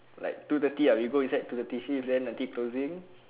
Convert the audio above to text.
like two thirty ah we go inside two thirty see if then aunty closing